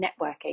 networking